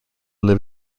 live